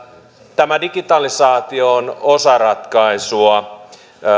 tämä digitalisaatio on osa ratkaisua